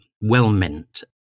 well-meant